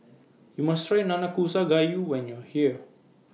YOU must Try Nanakusa Gayu when YOU Are here